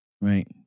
Right